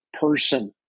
person